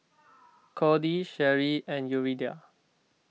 Kody Sherri and Yuridia